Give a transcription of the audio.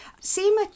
Sima